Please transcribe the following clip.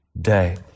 day